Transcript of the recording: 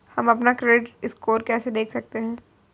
हम अपना credit score कैसे देख सकते हैं?